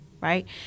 right